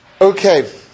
Okay